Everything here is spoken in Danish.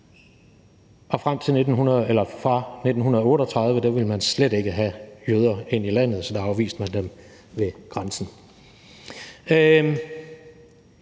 og fra 1938 ville man slet ikke have jøder ind i landet, så der afviste man dem ved grænsen.